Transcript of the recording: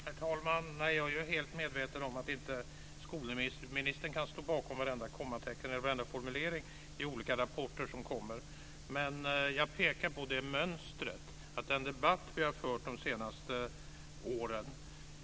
Herr talman! Jag är helt medveten om att skolministern inte kan stå bakom varje kommatecken i varenda formulering i olika rapporter. Men jag pekar på att man ser ett mönster i de debatter som vi har fört under de senaste åren.